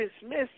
dismissed